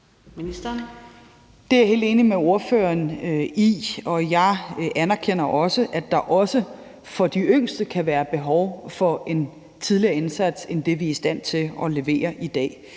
Det er jeg helt enig med ordføreren i, og jeg anerkender, at der også for de yngste kan være behov for en tidligere indsats end den, vi er i stand til at levere i dag.